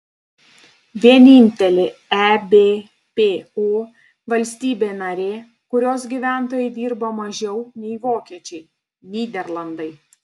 vienintelė ebpo valstybė narė kurios gyventojai dirba mažiau nei vokiečiai nyderlandai